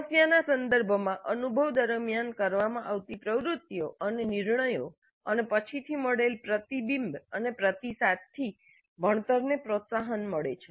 સમસ્યાના સંદર્ભમાં અનુભવ દરમ્યાન કરવામાં આવતી પ્રવૃત્તિઓ અને નિર્ણયો અને પછીથી મળેલ પ્રતિબિંબ અને પ્રતિસાદ થી ભણતરને પ્રોત્સાહન મળે છે